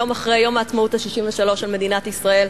יום אחרי יום העצמאות ה-63 של מדינת ישראל,